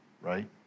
right